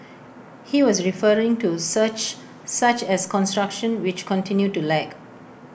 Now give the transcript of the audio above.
he was referring to such such as construction which continued to lag